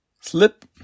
slip